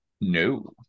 no